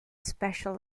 special